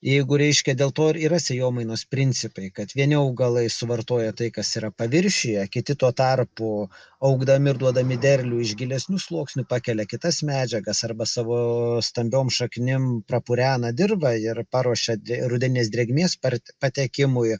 jeigu reiškia dėl to ir yra sėjomainos principai kad vieni augalai suvartoja tai kas yra paviršiuje kiti tuo tarpu augdami ir duodami derlių iš gilesnių sluoksnių pakelia kitas medžiagas arba savo stambiom šaknim prapurena dirvą ir paruošia rudeninės drėgmės spart patekimui